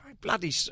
bloody